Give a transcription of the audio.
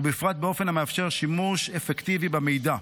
ובפרט באופן המאפשר שימוש אפקטיבי במידע.